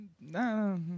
No